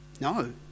No